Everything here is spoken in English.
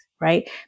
right